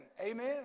Amen